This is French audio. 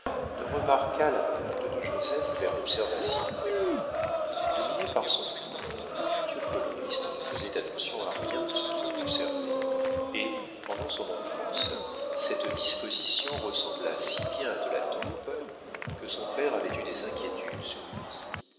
ne remarqua la pente de joseph vers l'observation dominé par son goût le futur coloriste ne faisait attention à rien de ce qui le concernait et pendant son enfance cette disposition ressembla si bien à de la torpeur que son père avait eu des inquiétudes sur lui